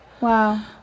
Wow